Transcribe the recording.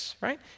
right